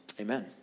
Amen